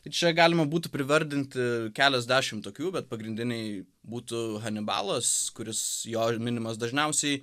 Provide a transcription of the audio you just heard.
tai čia galima būtų privardinti keliasdešim tokių bet pagrindiniai būtų hanibalas kuris jo minimas dažniausiai